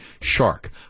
Shark